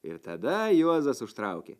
ir tada juozas užtraukė